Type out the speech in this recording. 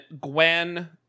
Gwen